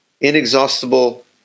inexhaustible